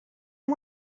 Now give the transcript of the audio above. amb